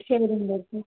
சரிங்க டாக்டர்